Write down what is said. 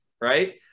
right